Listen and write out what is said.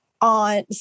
on